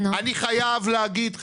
אני חייב להגיד,